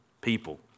people